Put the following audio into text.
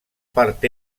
part